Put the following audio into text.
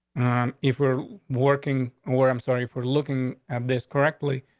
um if we're working where i'm sorry for looking at this correctly,